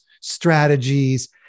strategies